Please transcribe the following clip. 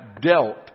dealt